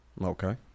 Okay